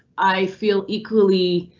i feel equally.